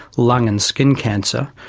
lung and skin cancer,